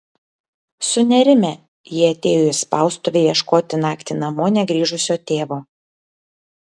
sunerimę jie atėjo į spaustuvę ieškoti naktį namo negrįžusio tėvo